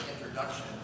introduction